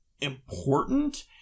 important